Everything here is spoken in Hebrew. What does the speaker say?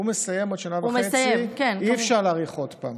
הוא מסיים עוד שנה וחצי, אי-אפשר להאריך עוד פעם.